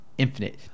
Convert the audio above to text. Infinite